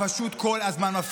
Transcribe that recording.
התחלת לנאום?